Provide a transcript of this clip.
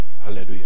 Hallelujah